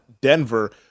Denver